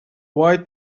white